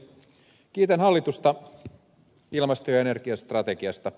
kiitän hallitusta ilmasto ja energiastrategiasta